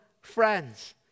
friends